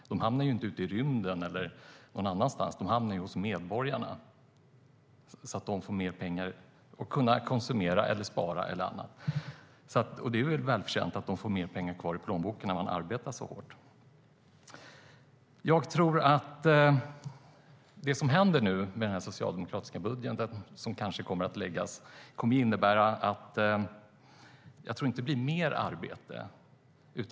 De hamnade ju inte ute i rymden eller någon annanstans, utan de hamnade hos medborgarna som kunde konsumera, spara eller något annat. Och det är väl välförtjänt att de får mer pengar kvar i plånboken när de arbetar så hårt. Den socialdemokratiska budget som kanske kommer att läggas fram tror jag inte kommer att innebära mer arbete.